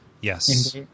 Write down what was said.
Yes